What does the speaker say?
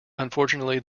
unfortunately